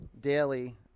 daily